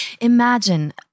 Imagine